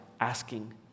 asking